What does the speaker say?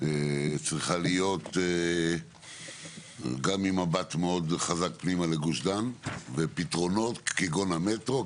צריכה להיות גם עם מבט מאוד חזק פנימה לגוש דן ופתרונות כגון המטרו,